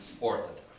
orthodox